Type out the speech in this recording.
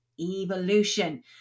evolution